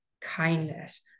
kindness